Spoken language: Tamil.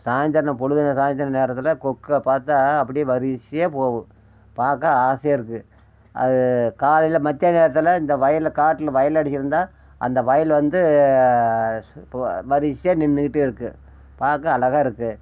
சாயந்திரம் பொழுது சாயந்திர நேரத்தில் கொக்கைப் பார்த்தா அப்படியே வரிசையாக போகும் பார்க்க ஆசையாக இருக்கும் அது காலையில் மத்தியான நேரத்தில் இந்த வயலில் காட்டில் வயலில் அடுக்கி இருந்தால் அந்த வயல் வந்து இப்போது வரிசையாக நின்றுக்கிட்டே இருக்கும் பார்க்க அழகாக இருக்கும்